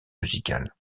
musical